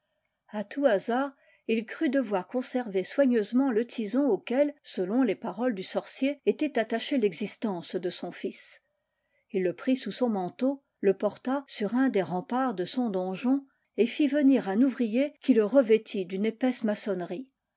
a tout hasard il crut devoir conserver soigneusement le tison auquel selon les paroles du sorcier était attachée l'existence de son fils il le prit sous son manteau le porta sur un des remparts de son donjon et fit venir un ouvrier qui le revêtit d'une épaisse maçonnerie